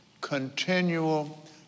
continual